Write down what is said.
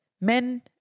men